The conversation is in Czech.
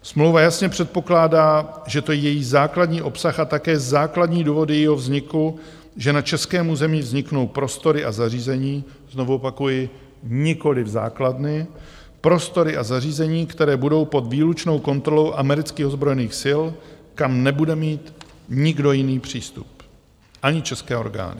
Smlouva jasně předpokládá, že to je její základní obsah a také základní důvody jejího vzniku, že na českém území vzniknou prostory a zařízení znovu opakuji, nikoliv základny prostory a zařízení, které budou pod výlučnou kontrolou amerických ozbrojených sil, kam nebude mít nikdo jiný přístup, ani české orgány.